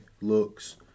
looks